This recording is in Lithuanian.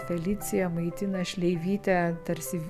felicija maitina šleivytę tarsi